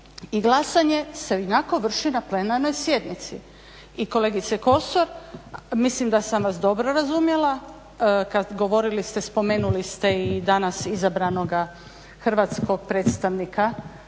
i glasanje se ionako vrši na plenarnoj sjednici. I kolegice Kosor, mislim da sam vas dobro razumjela. Govorili ste, spomenuli ste i danas izabranog hrvatskog predstavnika